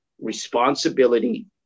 responsibility